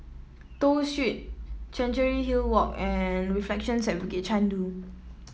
Toh Street Chancery Hill Walk and Reflections at Bukit Chandu